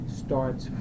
starts